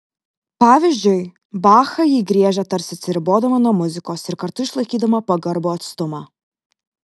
pavyzdžiui bachą ji griežia tarsi atsiribodama nuo muzikos ir kartu išlaikydama pagarbų atstumą